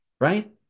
Right